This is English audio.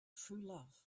truelove